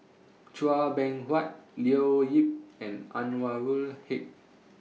Chua Beng Huat Leo Yip and Anwarul Haque